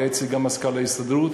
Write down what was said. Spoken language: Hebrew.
היה אצלי גם מזכ"ל ההסתדרות,